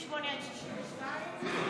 58 62 מוסרות,